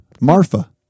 Marfa